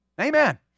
Amen